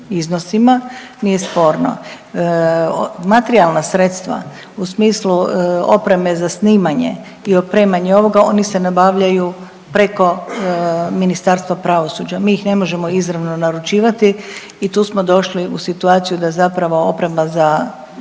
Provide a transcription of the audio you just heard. iznosima, nije sporno. Materijalna sredstva u smislu opreme za snimanje i opremanje ovoga oni se nabavljaju preko Ministarstva pravosuđa, mi ih ne možemo izravno naručivati i tu smo došli u situaciju da zapravo oprema za